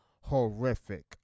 horrific